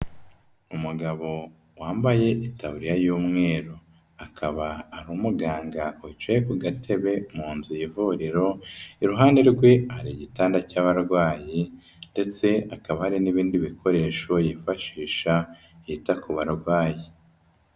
Umugabo wambaye itaburiya y'umweru. Akaba ari umuganga wicaye ku gatebe mu nzu y'ivuriro, iruhande rwe hari igitanda cy'abarwayi ndetse hakaba hari n'ibindi bikoresho yifashisha yita ku barwayi.